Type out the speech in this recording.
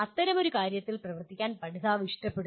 അത്തരമൊരു കാര്യത്തിൽ പ്രവർത്തിക്കാൻ പഠിതാവ് ഇഷ്ടപ്പെടുന്നു